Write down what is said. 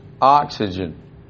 Oxygen